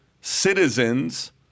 citizens